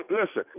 listen